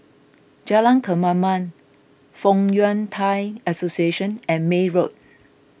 Jalan Kemaman Fong Yun Thai Association and May Road